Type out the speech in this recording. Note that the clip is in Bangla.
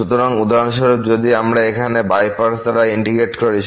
সুতরাং উদাহরণস্বরূপ যদি আমরা এখানে বাই পার্টস দ্বারা ইন্টিগ্রেট করি